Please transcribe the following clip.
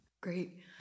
Great